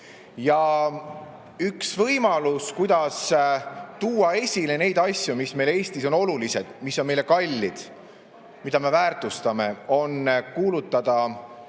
Üks võimalus, kuidas tuua esile neid asju, mis meil Eestis on olulised, mis on meile kallid, mida me väärtustame, on kuulutada